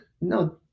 no